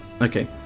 Okay